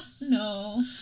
No